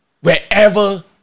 wherever